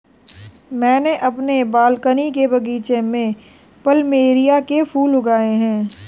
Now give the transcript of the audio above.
मैंने अपने बालकनी के बगीचे में प्लमेरिया के फूल लगाए हैं